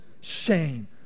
shame